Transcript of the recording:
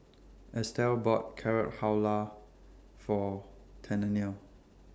Estelle bought Carrot Halwa For Tennille